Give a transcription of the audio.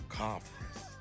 conference